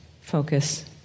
focus